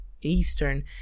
eastern